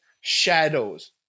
shadows